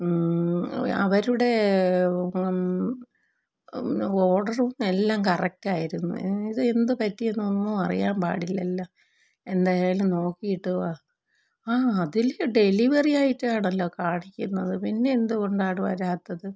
അവരുടെ ഓഡറും എല്ലാം കറെക്റ്റ് ആയിരുന്നു ഇത് എന്തു പറ്റി എന്നൊന്നും അറിയാന് പാടില്ലല്ലോ എന്തായാലും നോക്കിയിട്ട് വാ ആ അതില് ഡെലിവറി ആയിട്ടാണല്ലോ കാണിക്കുന്നത് പിന്നെ എന്തുകൊണ്ടാണ് വരാത്തത്